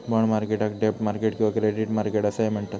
bond मार्केटाक डेब्ट market किंवा क्रेडिट मार्केट असाही म्हणतत